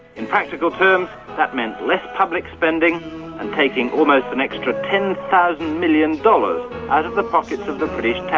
in practical terms that meant less public spending and taking almost an extra ten thousand million dollars out of the pockets of the british